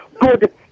good